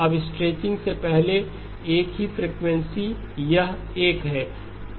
अब स्ट्रेचिंग से पहले एक ही फ्रीक्वेंसी यह एक है